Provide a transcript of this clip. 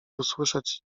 usłyszeć